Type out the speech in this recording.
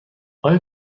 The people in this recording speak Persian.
آیا